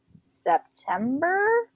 September